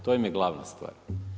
To im je glavna stvar.